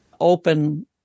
open